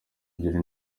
ebyiri